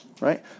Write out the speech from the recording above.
Right